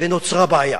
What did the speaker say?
ונוצרה בעיה